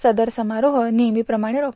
सदर समारोब नेहमीप्रमाणे डॉ